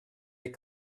est